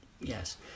Yes